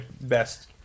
best